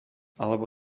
alebo